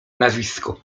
nazwisko